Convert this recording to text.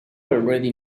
already